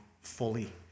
fully